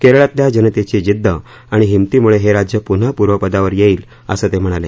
केरळातल्या जनतेची जिद्द आणि हिंमतीमुळे हे राज्य पुन्हा पूर्वपदावर येईल असं ते म्हणाले